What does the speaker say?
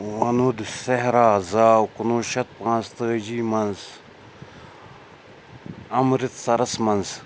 ونُد سہرا زاو کُنوُہ شیٚتھ پانٛژتٲجی منٛز امرتسرَس منٛز